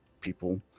people